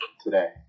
today